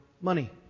money